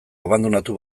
abandonatu